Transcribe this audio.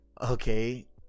okay